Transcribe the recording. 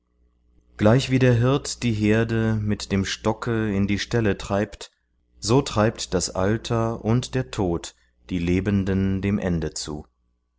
gleichwie der hirt die herde mit dem stocke in die ställe treibt so treibt das alter und der tod die lebenden dem ende zu